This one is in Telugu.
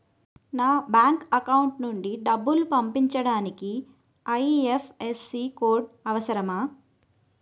నా బ్యాంక్ అకౌంట్ నుంచి డబ్బు పంపించడానికి ఐ.ఎఫ్.ఎస్.సి కోడ్ అవసరమా?